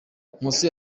nkusi